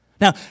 Now